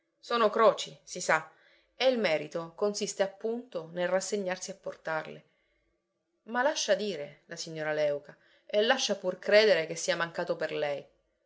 sono croci si sa e il merito consiste appunto nel rassegnarsi a portarle ma lascia dire la signora léuca e lascia pur credere che sia mancato per lei